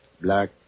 black